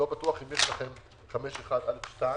יש לכם את 5(1)(א)(2).